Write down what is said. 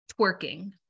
Twerking